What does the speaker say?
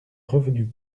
revenue